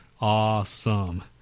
Awesome